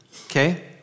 okay